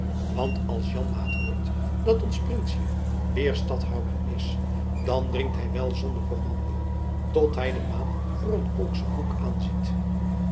want als janmaat hoort dat ons prinsjen weêr stadhouder is dan drinkt hy wel zonder kommando tot hy de maan voor een kolksche koek aanziet